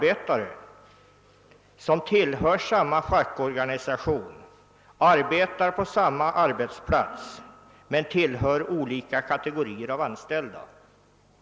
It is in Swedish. Arbetarna kan tillhöra samma fackorganisation och arbeta på samma arbetsplats men tillhöra olika kategorier av anställda.